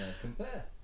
compare